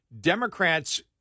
Democrats